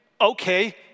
okay